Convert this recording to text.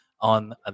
on